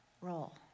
role